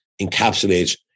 encapsulate